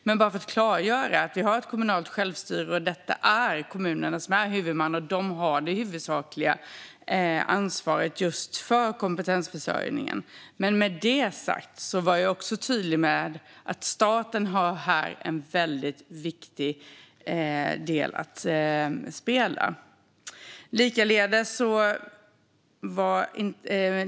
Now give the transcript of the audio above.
Men jag vill bara klargöra att vi har kommunalt självstyre, och det är kommunerna som är huvudmän och har det huvudsakliga ansvaret för just kompetensförsörjningen. Med detta sagt var jag dock också tydlig med att staten har en väldigt viktig roll att spela här.